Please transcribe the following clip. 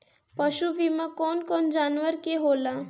पशु बीमा कौन कौन जानवर के होला?